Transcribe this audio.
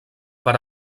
per